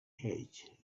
age